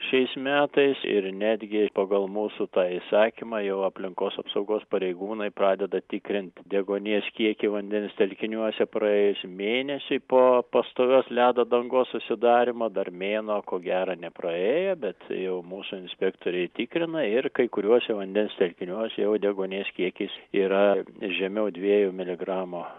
šiais metais ir netgi pagal mūsų tą įsakymą jau aplinkos apsaugos pareigūnai pradeda tikrint deguonies kiekį vandens telkiniuose praėjus mėnesiui po pastovios ledo dangos susidarymo dar mėnuo ko gero nepraėjo bet jau mūsų inspektoriai tikrina ir kai kuriuose vandens telkiniuose jau deguonies kiekis yra žemiau dviejų miligramų